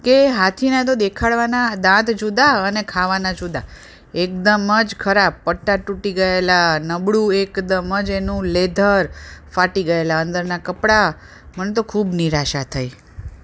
કે હાથીના તો દેખાડવાના દાંત જુદા અને ખાવાના જુદા એકદમ જ ખરાબ પટ્ટા ટૂટી ગયેલાં નબળું એકદમ જ એનું લેધર ફાટી ગયેલાં અંદરનાં કપડાં મને તો ખૂબ નિરાશા થઈ